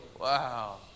Wow